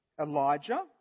Elijah